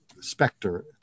specter